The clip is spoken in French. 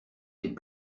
des